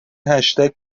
هشتگ